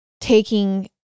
taking